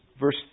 verse